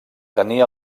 tenia